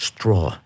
Straw